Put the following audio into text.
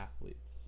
athletes